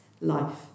life